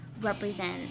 represent